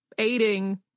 aiding